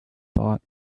thought